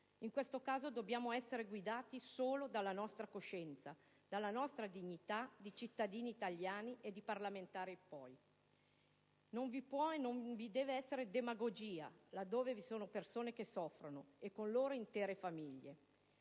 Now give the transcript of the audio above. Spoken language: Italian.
In questo caso dobbiamo essere guidati solo dalla nostra coscienza, dalla nostra dignità di cittadini italiani, prima, e di parlamentari, poi. Non vi può e non vi deve essere demagogia là dove vi sono persone che soffrono e, con loro, intere famiglie.